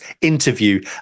interview